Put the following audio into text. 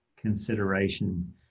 consideration